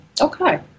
Okay